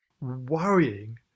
worrying